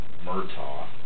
Murtaugh